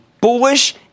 bullish